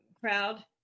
crowd